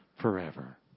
Forever